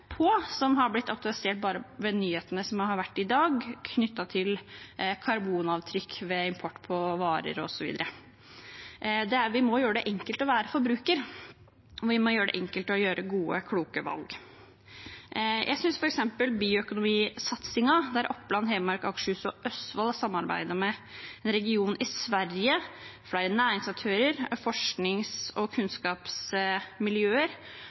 på, som har blitt aktualisert bare ved nyhetene som har vært i dag, knyttet til karbonavtrykk ved import av varer osv. Vi må gjøre det enkelt å være forbruker. Vi må gjøre det enkelt å gjøre gode, kloke valg. Jeg synes f.eks. bioøkonomisatsingen der Oppland, Hedmark, Akershus og Østfold har samarbeidet med en region i Sverige, flere næringsaktører, forsknings- og